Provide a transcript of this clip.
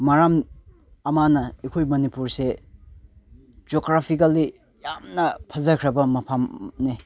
ꯃꯔꯝ ꯑꯃꯅ ꯑꯩꯈꯣꯏ ꯃꯅꯤꯄꯨꯔꯁꯦ ꯖꯤꯌꯣꯒ꯭ꯔꯥꯐꯤꯀꯦꯜꯂꯤ ꯌꯥꯝꯅ ꯐꯖꯈ꯭ꯔꯕ ꯃꯐꯝꯅꯦ